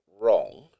wrong